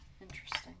interesting